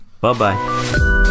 Bye-bye